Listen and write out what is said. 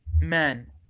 man